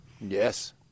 Yes